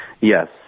Yes